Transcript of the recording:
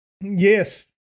yes